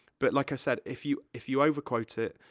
but, like i said, if you, if you overquote it,